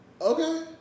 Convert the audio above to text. Okay